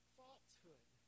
falsehood